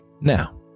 Now